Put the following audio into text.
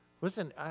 Listen